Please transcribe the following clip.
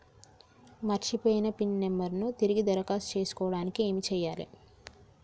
మర్చిపోయిన pin number ను తిరిగి దరఖాస్తు చేసుకోవడానికి ఏమి చేయాలే?